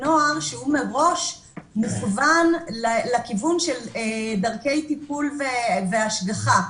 לנוער שהוא מראש מכוון לכיוון של דרכי טיפול והשגחה.